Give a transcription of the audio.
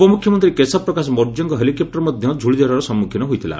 ଉପମୁଖ୍ୟମନ୍ତ୍ରୀ କେଶବ ପ୍ରକାଶ ମୌର୍ଯ୍ୟଙ୍କ ହେଲିକପୁର ମଧ୍ୟ ଧୂଳିଝଡ଼ର ସମ୍ମୁଖୀନ ହୋଇଥିଲା